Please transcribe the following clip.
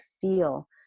feel